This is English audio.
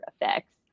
effects